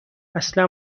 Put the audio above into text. اصلا